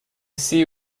see